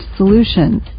solutions